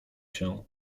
się